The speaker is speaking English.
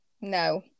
no